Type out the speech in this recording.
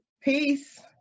peace